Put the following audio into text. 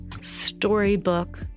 storybook